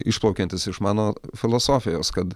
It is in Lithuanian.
išplaukiantis iš mano filosofijos kad